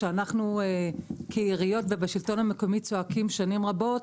שאנחנו כעיריות ובשלטון המקומי צועקים שנים רבות,